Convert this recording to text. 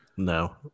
No